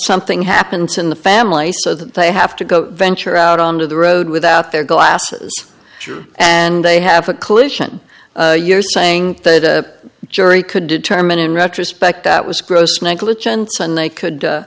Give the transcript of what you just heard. something happens in the family so that they have to go venture out onto the road without their glasses and they have a klystron you're saying that a jury could determine in retrospect that was gross negligence and they could